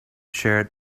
shared